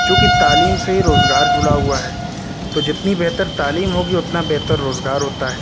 چونکہ تعلیم سے ہی روزگار جڑا ہوا ہے تو جتنی بہتر تعلیم ہوگی اتنا بہتر روزگار ہوتا ہے